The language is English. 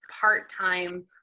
part-time